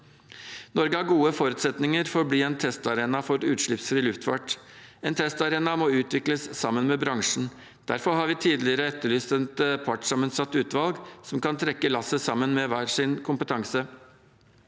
Norge har gode forutsetninger for å bli en testarena for utslippsfri luftfart. En testarena må utvikles sammen med bransjen. Derfor har vi tidligere etterlyst et partssammensatt utvalg som kan trekke lasset sammen med hver sin kompetanse.